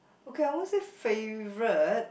okay I won't say favorite